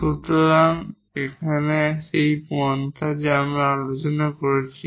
সুতরাং এখানে আবার সেই পন্থা যা আমরা আলোচনা করেছি